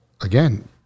again